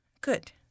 Good